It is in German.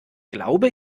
glaube